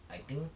I think